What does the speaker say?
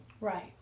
right